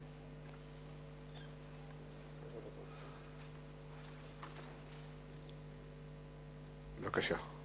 בבקשה.